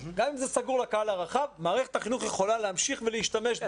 גם אם זה סגור לקהל הרחב מערכת החינוך יכולה להמשיך ולהשתמש בזה.